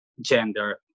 gender